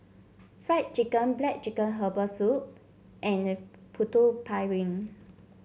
Fried Chicken black chicken Herbal Soup and Putu Piring